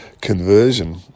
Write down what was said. conversion